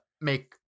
make